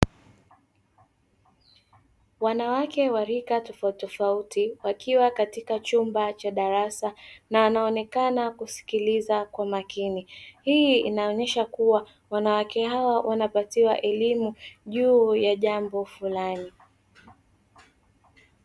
Wanawake wa rika tofautitofauti wakiwa katika chumba cha darasa na wanaonekana kusikiliza kwa makini, hii inaonesha kua wanawake hawa wanapatiwa elimu juu ya jambo fulani.